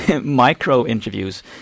micro-interviews